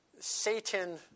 Satan